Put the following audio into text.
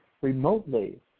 remotely